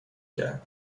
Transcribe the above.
کرد